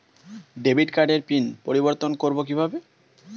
Debit কার্ডের PIN পরিবর্তন করবো কীভাবে?